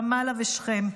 רמאללה ושכם,